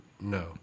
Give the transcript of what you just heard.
No